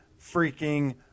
freaking